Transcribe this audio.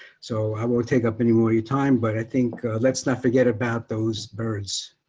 so i won't take up any more your time, but i think let's not forget about those birds.